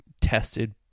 tested